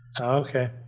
Okay